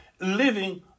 living